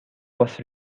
was